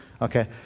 Okay